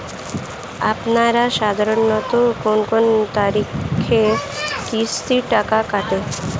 আপনারা সাধারণত কোন কোন তারিখে কিস্তির টাকা কাটে?